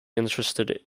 interested